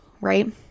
right